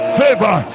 favor